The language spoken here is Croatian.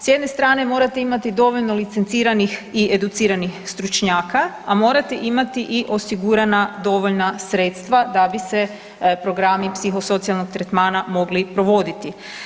S jedne strane morate imate dovoljno licenciranih i educiranih stručnjaka, a morate imati i osigurana dovoljna sredstva da bi se programi psihosocijalnog tretmana mogli provoditi.